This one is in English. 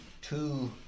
two